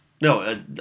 no